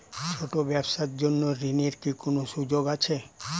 ছোট ব্যবসার জন্য ঋণ এর কি কোন সুযোগ আছে?